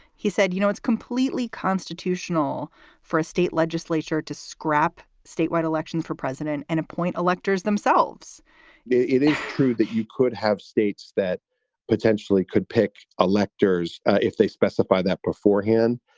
he said, you know, it's completely constitutional for a state legislature to scrap statewide elections for president and appoint electors themselves it is true that you could have states that potentially could pick electors if they specify that beforehand.